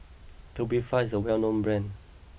Tubifast is a well known brand